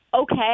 Okay